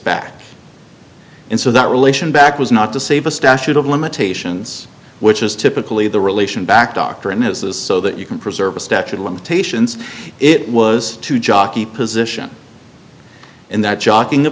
back in so that relation back was not to save a statute of limitations which is typically the relation back doctrine is this so that you can preserve a statute of limitations it was to jockey position in that shocking a